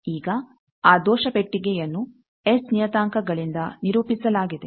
ಈಗ ಆ ದೋಷ ಪೆಟ್ಟಿಗೆಯನ್ನು ಎಸ್ ನಿಯತಾಂಕಗಳಿಂದ ನಿರೂಪಿಸಲಾಗಿದೆ